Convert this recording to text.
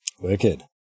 Wicked